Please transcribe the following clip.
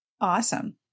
Awesome